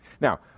Now